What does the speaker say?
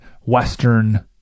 Western